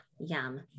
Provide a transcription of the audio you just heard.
Yum